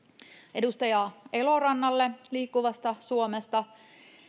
edustaja elorannalle liikkuvasta suomesta